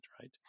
right